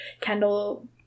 Kendall